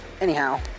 Anyhow